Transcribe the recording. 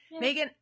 Megan